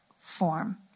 form